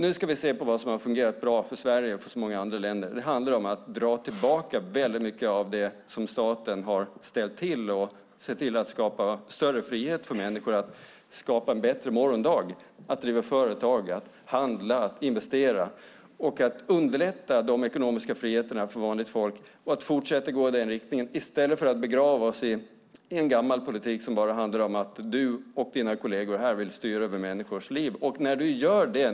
Nu ska vi se vad som har fungerat bra för Sverige och för så många andra länder. Det handlar om att dra tillbaka mycket av det som staten har ställt till med och se till att ge människor större frihet att skapa en bättre morgondag, att driva företag, handla och investera. Man ska underlätta de ekonomiska friheterna för vanligt folk och fortsätta att gå i den riktningen i stället för att begrava oss i en gammal politik som handlar om att Peter Persson och hans kolleger vill styra över människors liv.